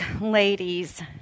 ladies